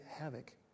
havoc